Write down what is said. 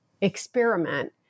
experiment